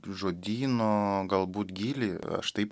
žodyno galbūt gylį aš taip